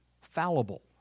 fallible